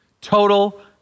Total